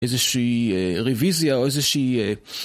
איזושהי רוויזיה או איזושהי...